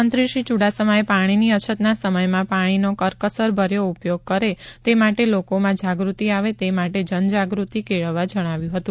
મંત્રીશ્રી ચુડાસમાએ પાણીની અછતના સમયમાં પાણીનો કરકસર ભર્યો ઉપયોગ કરે તે માટે લોકોમાં જાગૃતિ આવે તે માટે જન જાગૃતિઃ કેળવવા જણાવ્યું હતું